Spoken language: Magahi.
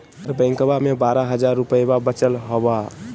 तोहर बैंकवा मे बारह हज़ार रूपयवा वचल हवब